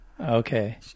Okay